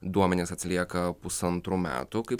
duomenys atsilieka pusantrų metų kaip